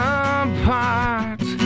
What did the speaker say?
apart